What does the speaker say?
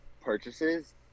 purchases